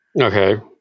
Okay